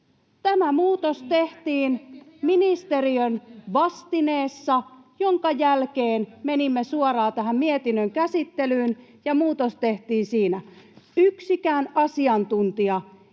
Tämä muutos tehtiin ministeriön vastineessa, minkä jälkeen menimme suoraan tähän mietinnön käsittelyyn, ja muutos tehtiin siinä. Ei yksikään asiantuntija, ei